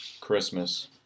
Christmas